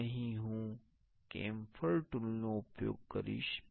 તો અહીં હું કેમ્ફર ટૂલનો ઉપયોગ કરીશ